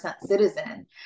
citizen